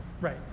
right